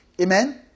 Amen